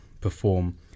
perform